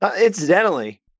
incidentally